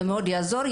זה מאוד יעזור.